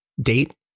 date